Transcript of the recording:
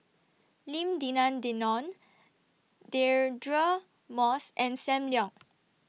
Lim Denan Denon Deirdre Moss and SAM Leong